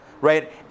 right